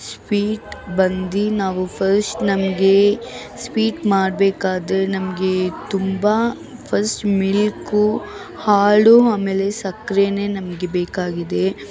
sweet ಬಂದು ನಾವು first ನಮಗೆ ಸ್ವೀಟ್ ಮಾಡಬೇಕಾದ್ರೆ ನಮಗೆ ತುಂಬ ಫಶ್ಟ್ ಮಿಲ್ಕು ಹಾಲು ಆಮೇಲೆ ಸಕ್ಕರೆಯೇ ನಮಗೆ ಬೇಕಾಗಿದೆ